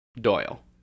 Doyle